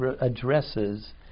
addresses